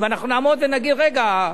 אם אנחנו נעמוד ונגיד: רגע,